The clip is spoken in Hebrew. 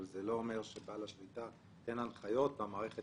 אבל זה לא אומר שבעל השליטה ייתן הנחיות והמערכת